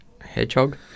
hedgehog